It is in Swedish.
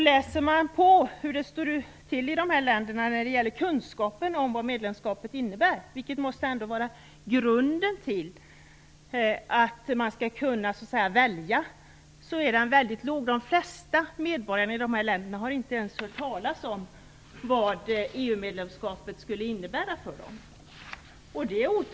Läser man på hur det står till i de här länderna när det gäller kunskapen om vad medlemskapet innebär, vilket ändå måste vara grunden för att man skall kunna välja, finner man att den är mycket låg. De flesta medborgarna i de här länderna har inte ens hört talas om vad EU-medlemskapet skulle innebära för dem.